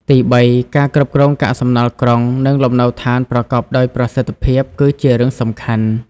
ទីបី ការគ្រប់គ្រងកាកសំណល់ក្រុង និងលំនៅឋានប្រកបដោយប្រសិទ្ធភាព គឺជារឿងសំខាន់។